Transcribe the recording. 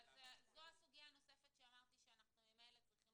אמרתי שזו הסוגיה הנוספת שאנחנו צריכים